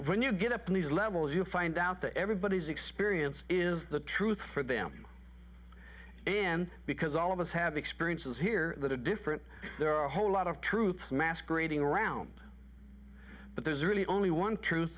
when you get up in these levels you find out the everybody's experience is the truth for them and because all of us have experiences here the different there are a whole lot of truths masquerading around but there's really only one truth